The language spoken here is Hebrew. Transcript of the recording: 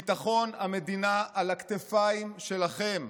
ביטחון המדינה על הכתפיים שלכם,